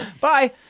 Bye